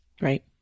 Right